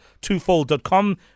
TwoFold.com